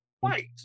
white